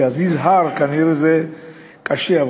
לפעמים זה כנראה קשה להזיז הר,